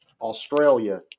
Australia